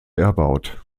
erbaut